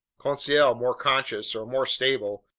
conseil, more cautious or more stable,